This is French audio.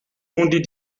vendez